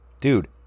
dude